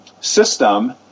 system